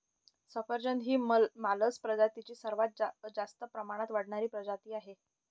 सफरचंद ही मालस प्रजातीतील सर्वात जास्त प्रमाणात वाढणारी प्रजाती आहे